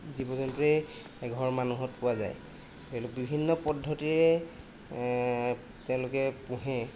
জীৱ জন্তুৱে এঘৰ মানুহত পোৱা যায় বিভিন্ন পদ্ধতিৰে তেওঁলোকে পোহে